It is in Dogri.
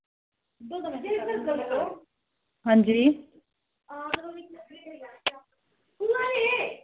आं जी